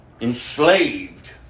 enslaved